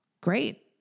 great